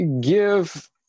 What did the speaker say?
give